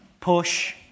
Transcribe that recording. push